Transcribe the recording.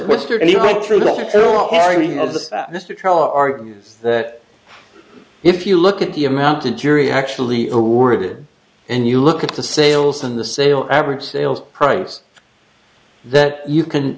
carr that if you look at the amount a jury actually awarded and you look at the sales and the sale average sales price that you can